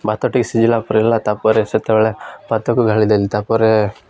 ଭାତ ଟିକେ ସିଝିଲା ପଲା ତା'ପରେ ସେତେବେଳେ ଭାତକୁ ଗାଳି ଦେଲି ତା'ପରେ